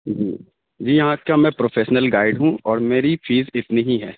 جی جی یہاں کا میں پروفیشنل گائڈ ہوں اور میری فیس اتنی ہی ہے